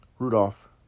Rudolph